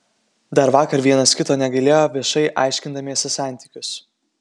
dar vakar vienas kito negailėjo viešai aiškindamiesi santykius